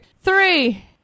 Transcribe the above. three